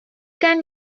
can